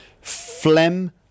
phlegm